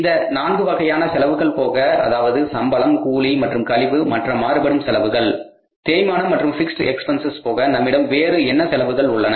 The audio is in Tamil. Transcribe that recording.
இந்த நான்கு வகையான செலவுகள் போக அதாவது சம்பளம் கூலி மற்றும் கழிவு மற்ற மாறுபடும் செலவுகள் தேய்மானம் மற்றும் மற்ற பிக்ஸ்ட் எக்ஸ்பென்ஸஸ் போக நம்மிடம் வேறு என்ன செலவுகள் உள்ளன